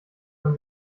man